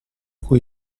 cui